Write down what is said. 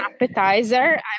appetizer